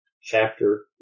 chapter